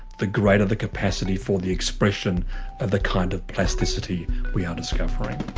the greater the capacity for the expression of the kind of plasticity we are discovering.